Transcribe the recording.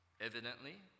Evidently